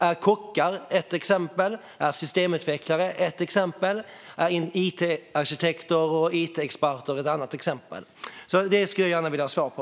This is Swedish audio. Är kockar, systemutvecklare, it-arkitekter och it-experter sådana exempel? Detta skulle jag gärna vilja ha svar på.